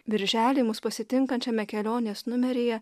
birželį mus pasitinkančiame kelionės numeryje